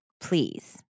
Please